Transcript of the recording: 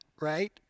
right